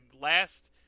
last